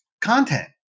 content